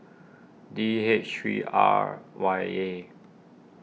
D H three R Y A